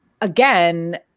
again